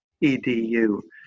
E-D-U